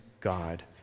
God